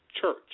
church